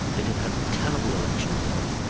it had had a terrible election result.